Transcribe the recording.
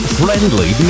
friendly